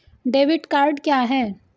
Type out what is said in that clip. Debit card क्या है?